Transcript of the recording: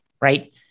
right